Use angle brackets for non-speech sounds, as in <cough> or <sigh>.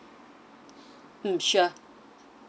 <breath> mm sure